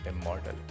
immortal